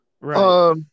right